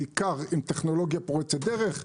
בעיקר עם טכנולוגיה פורצת דרך,